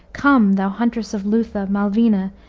come, thou huntress of lutha, malvina,